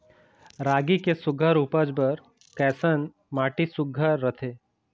रागी के सुघ्घर उपज बर कैसन माटी सुघ्घर रथे?